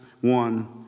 one